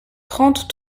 trente